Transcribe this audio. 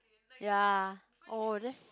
ya oh that's